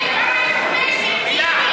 התקנון קובע,